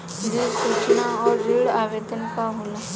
ऋण सूचना और ऋण आवेदन का होला?